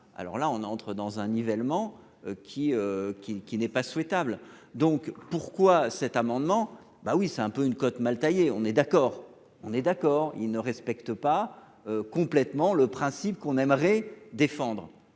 alors là, on a entre dans un nivellement qui qui qui n'est pas souhaitable. Donc pourquoi cet amendement. Ben oui c'est un peu une cote mal taillée. On est d'accord, on est d'accord il ne respecte pas complètement le principe qu'on aimerait défendre